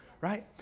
Right